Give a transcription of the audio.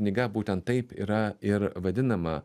knyga būtent taip yra ir vadinama